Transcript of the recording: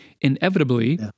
inevitably